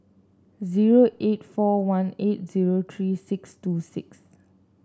zero eight four one eight zero three six two six